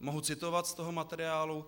Mohu citovat z toho materiálu.